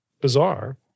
bizarre